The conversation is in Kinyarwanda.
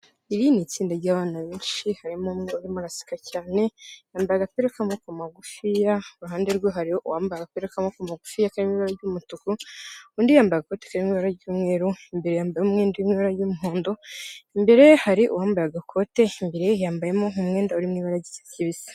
Iri ni itsinda ry'abana benshi harimo umwe urimo araseka cyane yambaye agapira kamaboko magufiya iruhande rwe hari uwambaye agapira kamaboko magufiya kari mw’ibara ry'umutuku undi yambaye ikoti ry'umweru imbere yambayemo umwenda w’ibara ry'umuhondo imbere hari uwambaye agakote imbere yambayemo umwenda uri mw’ibara ry’icyatsi kibisi.